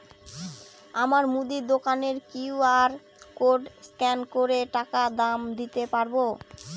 আমার মুদি দোকানের কিউ.আর কোড স্ক্যান করে টাকা দাম দিতে পারব?